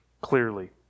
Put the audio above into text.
clearly